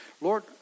Lord